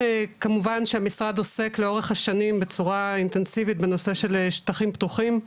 כמובן שהמשרד עוסק לאורך השנים בצורה אינטנסיבית בנושא של שטחים פתוחים,